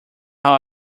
how